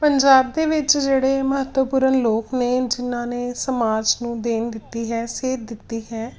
ਪੰਜਾਬ ਦੇ ਵਿੱਚ ਜਿਹੜੇ ਮਹੱਤਵਪੂਰਨ ਲੋਕ ਨੇ ਜਿਹਨਾਂ ਨੇ ਸਮਾਜ ਨੂੰ ਦੇਣ ਦਿੱਤੀ ਹੈ ਸੇਧ ਦਿੱਤੀ ਹੈ